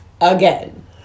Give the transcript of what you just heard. again